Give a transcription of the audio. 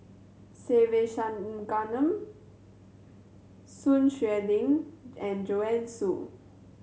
Se Ve Shanmugam Sun Xueling and Joanne Soo